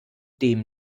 dem